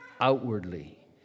outwardly